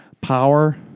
power